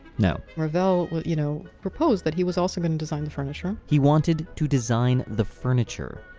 no revell you know proposed that he was also going to design the furniture he wanted to design the furniture.